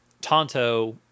Tonto